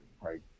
right